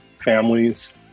families